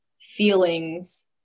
feelings